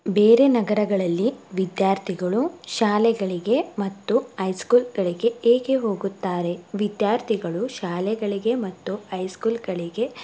ಬೇರೆ ನಗರಗಳಲ್ಲಿ ವಿದ್ಯಾರ್ಥಿಗಳು ಶಾಲೆಗಳಿಗೆ ಮತ್ತು ಐ ಸ್ಕೂಲ್ಗಳಿಗೆ ಹೇಗೆ ಹೋಗುತ್ತಾರೆ ವಿದ್ಯಾರ್ಥಿಗಳು ಶಾಲೆಗಳಿಗೆ ಮತ್ತು ಐ ಸ್ಕೂಲ್ಗಳಿಗೆ